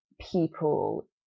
people